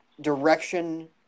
direction